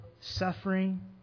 suffering